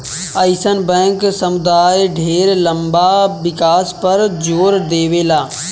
अइसन बैंक समुदाय ढेर लंबा विकास पर जोर देवेला